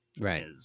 Right